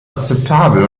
akzeptabel